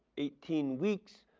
eighteen weeks,